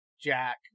Jack